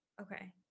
Okay